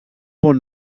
bon